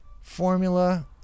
formula